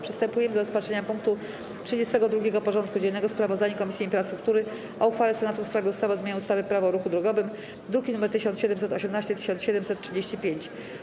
Przystępujemy do rozpatrzenia punktu 32. porządku dziennego: Sprawozdanie Komisji Infrastruktury o uchwale Senatu w sprawie ustawy o zmianie ustawy - Prawo o ruchu drogowym (druki nr 1718 i 1735)